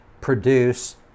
produce